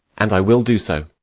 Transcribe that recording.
and i will do so.